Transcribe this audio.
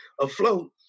afloat